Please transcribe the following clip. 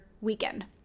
weekend